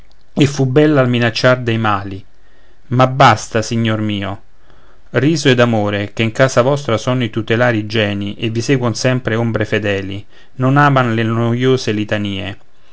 e fu bella al minacciar dei mali ma basta signor mio riso ed amore che in casa vostra sono i tutelari geni e vi seguon sempre ombre fedeli non aman le noiose litanie